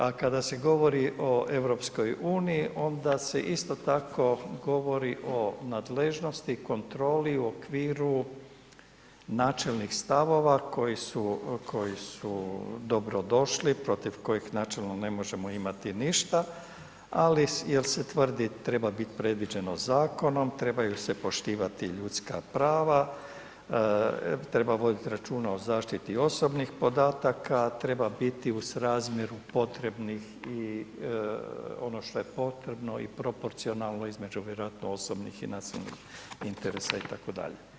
A kada se govori o EU onda se isto tako govori o nadležnosti, kontroli u okviru načelnih stavova koji su, koji su dobro došli, protiv kojih načelno ne možemo imati ništa, ali jel se tvrdi treba bit predviđeno zakonom, trebaju se poštivati ljudska prava, treba vodit računa o zaštiti osobnih podataka, treba biti u srazmjeru potrebnih i ono što je potrebno i proporcionalno između vjerojatno osobnih i nacionalnih interesa itd.